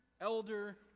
elder